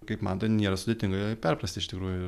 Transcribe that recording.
kaip man ten nėra sudėtinga perprasti iš tikrųjų